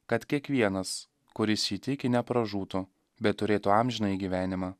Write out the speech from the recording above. kad kiekvienas kuris jį tiki nepražūtų bet turėtų amžinąjį gyvenimą